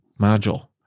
module